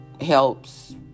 helps